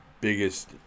biggest